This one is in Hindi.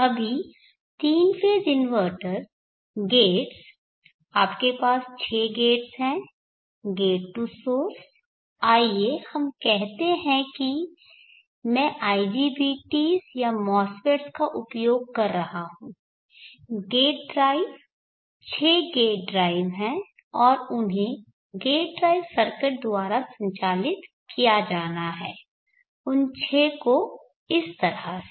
अभी तीन फेज़ इन्वर्टर गेट्स आपके पास छह गेट हैं गेट टू सोर्स आइए हम कहते हैं कि मैं IGBTs या MOSFETs का उपयोग कर रहा हूं गेट ड्राइव छह गेट ड्राइव हैं और उन्हें गेट ड्राइव सर्किट द्वारा संचालित किया जाना है उन छह को इस तरह से